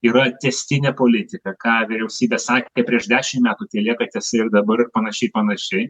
yra tęstinė politika ką vyriausybė sakė prieš dešimt metų tie lieka ties ir dabar panašiai panašiai